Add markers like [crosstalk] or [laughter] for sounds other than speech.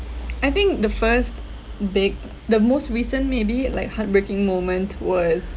[noise] I think the first bake~ the most recent maybe like heartbreaking moment was